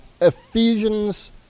Ephesians